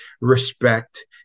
respect